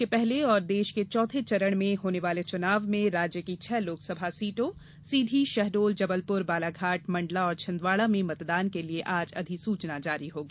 प्रदेश के पहले और देश के चौथे चरण में होने वाले चुनाव में राज्य की छह लोकसभा सीटों सीधी शहडोल जबलपुर बालाघाट मंडला और छिन्दवाड़ा में मतदान के लिए आज अधिसूचना जारी होगी